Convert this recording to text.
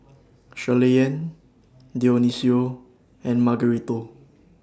Shirleyann Dionicio and Margarito